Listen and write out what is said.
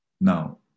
Now